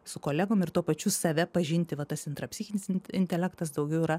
su kolegom ir tuo pačiu save pažinti va tas intra psichinis intelektas daugiau yra